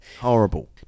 Horrible